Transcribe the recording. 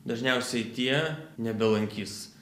dažniausiai tie nebelankys